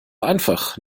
einfach